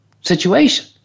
situation